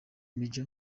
maj